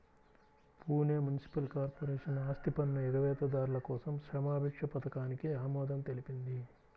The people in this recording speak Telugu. పూణె మునిసిపల్ కార్పొరేషన్ ఆస్తిపన్ను ఎగవేతదారుల కోసం క్షమాభిక్ష పథకానికి ఆమోదం తెలిపింది